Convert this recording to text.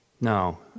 no